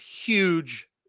huge